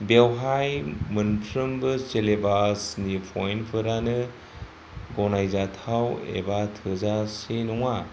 बेवहाय मोनफ्रोमबो सिलेबासनि पइन्टफोरानो गनायजाथाव एबा थोजासे नङा